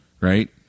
right